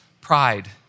pride